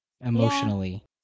emotionally